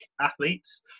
athletes